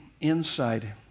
inside